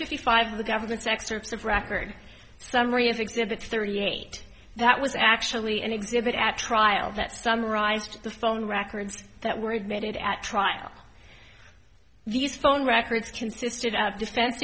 fifty five the government's excerpts of record summary of exhibits thirty eight that was actually an exhibit at trial that summarized the phone records that were admitted at trial these phone records consisted of defen